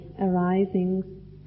arising